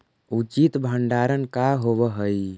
उचित भंडारण का होव हइ?